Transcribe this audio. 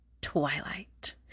Twilight